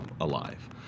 alive